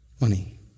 money